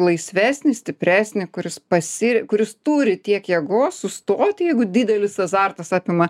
laisvesnį stipresnį kuris pasir kuris turi tiek jėgos sustoti jeigu didelis azartas apima